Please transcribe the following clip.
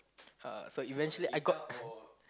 uh so eventually I got